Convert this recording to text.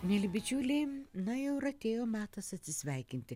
mieli bičiuliai na jau ir atėjo metas atsisveikinti